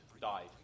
died